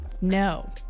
no